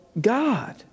God